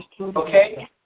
okay